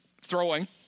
throwing